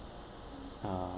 uh